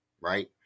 right